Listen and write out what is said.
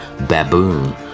baboon